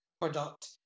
product